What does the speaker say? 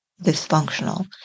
dysfunctional